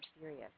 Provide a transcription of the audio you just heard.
serious